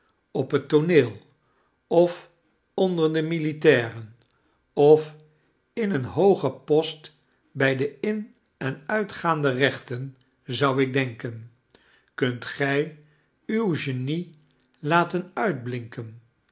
op het tooneel of onder de militairen of in een hoogen post bij de in en uitgaande rechten zou ik denken kunt gij uw genie laten uitblinken